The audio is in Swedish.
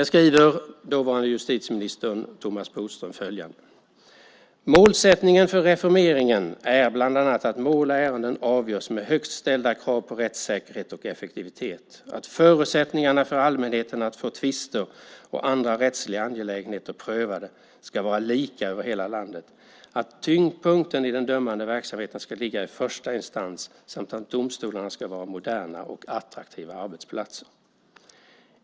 Där skriver dåvarande justitieminister Thomas Bodström följande: "Målsättningen för reformeringen är bl.a. att mål och ärenden avgörs med högt ställda krav på rättssäkerhet och effektivitet, att förutsättningarna för allmänheten att få tvister och andra rättsliga angelägenheter prövade ska vara lika över hela landet, att tyngdpunkten i den dömande verksamheten ska ligga i första instans samt att domstolarna ska vara moderna och attraktiva arbetsplatser.